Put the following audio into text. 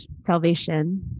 salvation